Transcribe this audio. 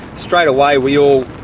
straightaway we all,